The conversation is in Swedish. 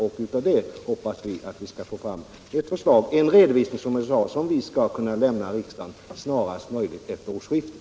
Vi hoppas att vi skall få fram en redovisning till riksdagen snarast möjligt efter årsskiftet.